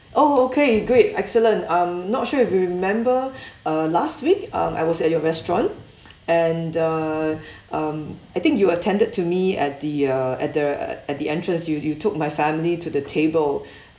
oh okay great excellent I'm not sure if you remember uh last week um I was at your restaurant and uh um I think you attended to me at the uh at the at the entrance you you took my family to the table